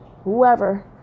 whoever